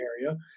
area